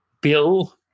Bill